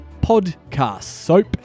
podcastsoap